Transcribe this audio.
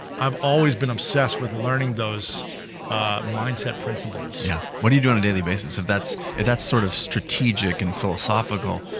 i've always been obsessed with learning those mindset principles. yeah, what do you do on a daily basis? if that's if that's sort of strategic and philosophical,